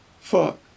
Fuck